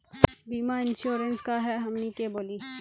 बीमा इंश्योरेंस का है हमनी के बोली?